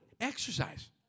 Exercise